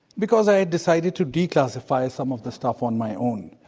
because i decided to declassify some of the stuff on my own,